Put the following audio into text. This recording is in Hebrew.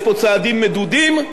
יש פה צעדים מדודים,